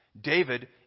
David